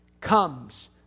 comes